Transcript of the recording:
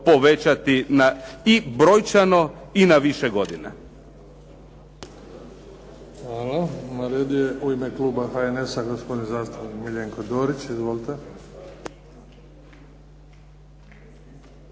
povećati i brojčano i na više godina. **Bebić, Luka (HDZ)** Hvala. Na redu je u ime kluba HNS-a, gospodin zastupnik Miljenko Dorić. Izvolite.